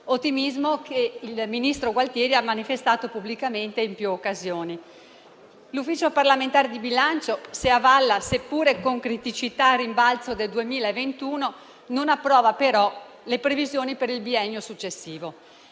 ottimismo che il ministro Gualtieri ha manifestato pubblicamente in più occasioni. L'Ufficio parlamentare di bilancio, se avalla seppure con criticità il rimbalzo del 2021, non approva però le previsioni per il biennio successivo.